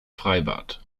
freibad